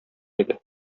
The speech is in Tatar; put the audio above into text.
иде